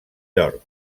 york